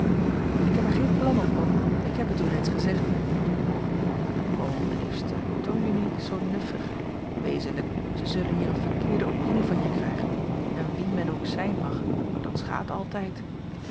ik heb er geen plan op oom ik heb het u reeds gezegd kom liefste toon je nu niet zoo nuffig wezenlijk ze zullen hier eene verkeerde opinie van je krijgen en wie men ook zijn mag dat schaadt altijd